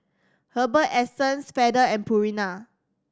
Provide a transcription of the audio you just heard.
Herbal Essences Feather and Purina